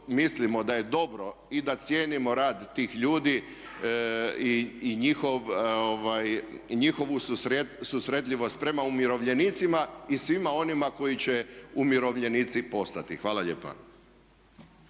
mislimo da je dobro i da cijenimo rad tih ljudi i njihovu susretljivost prema umirovljenicima i svima onima koji će umirovljenici postati. Hvala lijepa.